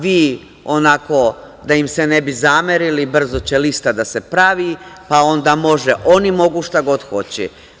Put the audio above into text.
Vi, onako, da im se ne bi zamerili brzo će lista da se pravi, pa onda oni mogu šta god hoće.